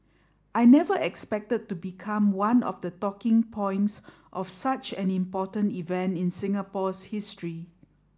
I never expected to become one of the talking points of such an important event in Singapore's history